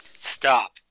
Stop